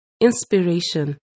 inspiration